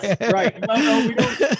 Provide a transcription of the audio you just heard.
right